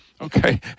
okay